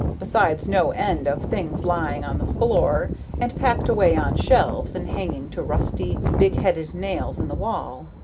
besides no end of things lying on the floor and packed away on shelves and hanging to rusty big-headed nails in the wall.